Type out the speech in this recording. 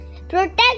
Protect